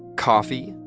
coffee,